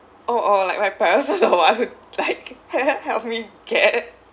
or or like my parents was the one who like help help me get